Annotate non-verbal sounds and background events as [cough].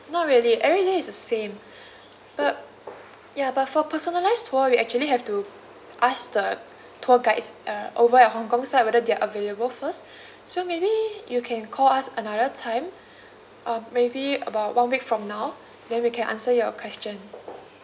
not really everywhere is the same [breath] but ya but for personalize tour we actually have to ask the tour guides uh over at hong kong side whether they're available first [breath] so maybe you can call us another time [breath] uh maybe about one week from now then we can answer your question